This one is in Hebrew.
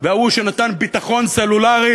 וההוא שנתן ביטחון סלולרי